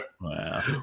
Wow